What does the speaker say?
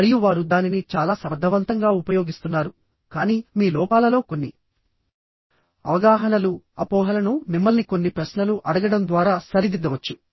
మరియు వారు దానిని చాలా సమర్థవంతంగా ఉపయోగిస్తున్నారుకానీ మీ లోపాలలో కొన్ని అవగాహనలు అపోహలను మిమ్మల్ని కొన్ని ప్రశ్నలు అడగడం ద్వారా సరిదిద్దవచ్చు